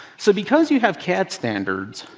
so because you have cad standards,